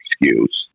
excuse